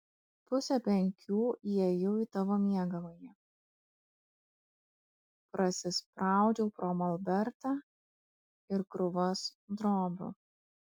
pusę penkių įėjau į tavo miegamąjį prasispraudžiau pro molbertą ir krūvas drobių